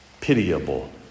Pitiable